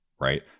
right